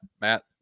Matt